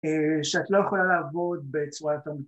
‫א... שאת לא יכולה לעבוד בצורה תמית